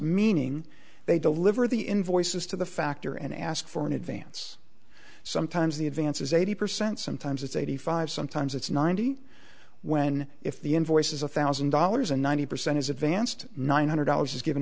meaning they deliver the invoices to the factor and ask for an advance sometimes the advances eighty percent sometimes it's eighty five sometimes it's ninety when if the invoice is a thousand dollars and ninety percent is advanced nine hundred dollars is given